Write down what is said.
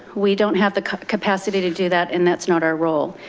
we don't have the capacity to do that. and that's not our role.